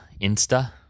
Insta